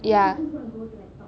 ya